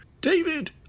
David